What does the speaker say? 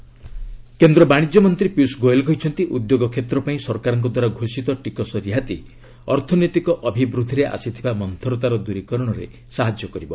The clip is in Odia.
ପୀୟୂଷ ଟ୍ୟାକ୍କ ବେନିଫିଟ୍ କେନ୍ଦ୍ର ବାଶିଜ୍ୟ ମନ୍ତ୍ରୀ ପୀୟୁଷ ଗୋୟଲ୍ କହିଛନ୍ତି ଉଦ୍ୟୋଗ କ୍ଷେତ୍ର ପାଇଁ ସରକାରଙ୍କ ଦ୍ୱାରା ଘୋଷିତ ଟିକସ ରିହାତି ଅର୍ଥନୈତିକ ଅଭିବୃଦ୍ଧିରେ ଆସିଥିବା ମନ୍ଥରତାର ଦୂରୀକରଣରେ ସାହାଯ୍ୟ କରିବ